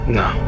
no